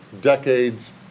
decades